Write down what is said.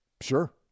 Sure